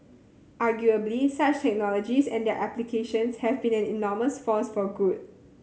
arguably such technologies and their applications have been an enormous force for good